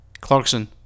Clarkson